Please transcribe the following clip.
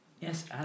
Yes